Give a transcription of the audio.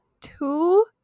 two